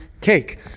cake